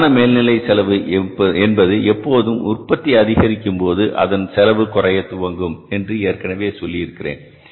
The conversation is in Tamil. நிலையான மேல்நிலை செலவு என்பது எப்போதும் உற்பத்தி அதிகரிக்கும் போது அதன் செலவு குறையத் துவங்கும் என்று ஏற்கனவே சொல்லி இருக்கிறேன்